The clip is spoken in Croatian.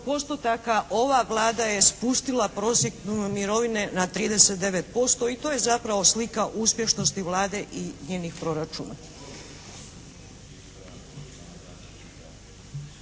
postotaka ova Vlada je spustila prosjek mirovine na 39% i to je zapravo slika uspješnosti Vlade i njenih proračuna.